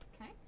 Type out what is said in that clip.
Okay